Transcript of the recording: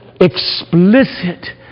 explicit